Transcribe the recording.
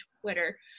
Twitter